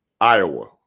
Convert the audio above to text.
Iowa